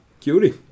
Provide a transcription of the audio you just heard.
Cutie